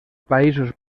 països